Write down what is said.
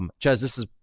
um chezz, this is,